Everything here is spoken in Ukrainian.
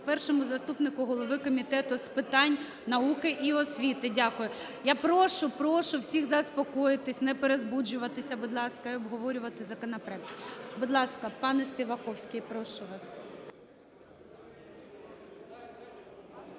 першому заступнику голови Комітету з питань науки і освіти. Дякую. Я прошу всіх, всіх заспокоїтись, не перезбуджуватися, будь ласка, і обговорювати законопроект. Будь ласка, пане Співаковський, я прошу вас.